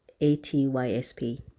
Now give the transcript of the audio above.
A-T-Y-S-P